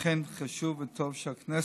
אכן חשוב וטוב שהכנסת,